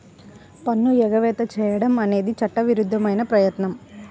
పన్ను ఎగవేత చేయడం అనేది చట్టవిరుద్ధమైన ప్రయత్నం